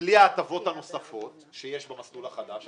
בלי ההטבות הנוספות שיש במסלול החדש,